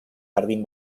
jardín